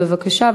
בבקשה,